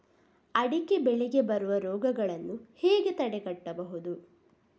ಅಡಿಕೆ ಬೆಳೆಗೆ ಬರುವ ರೋಗಗಳನ್ನು ಹೇಗೆ ತಡೆಗಟ್ಟಬಹುದು?